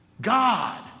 God